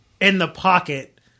in-the-pocket